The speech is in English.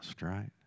right